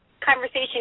conversation